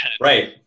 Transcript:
right